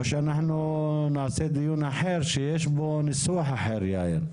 או שאנחנו נעשה דיון אחר שיש בו ניסוח אחר.